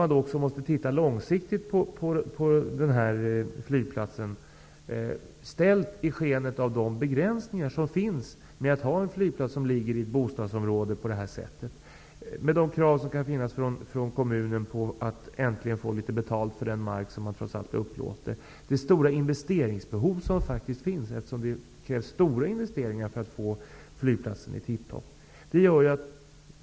Man måste se långsiktigt på Bromma flygplats, ställt i skenet av de begränsningar som finns med att ha en flygplats som ligger i ett bostadsområde. Kommunen kan ju ställa krav på att äntligen få ta betalt för det markområde som kommunen upplåter. Det krävs också stora investeringar för att få flygplatsen att komma i tip-top skick.